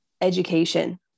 education